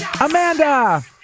Amanda